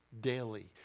daily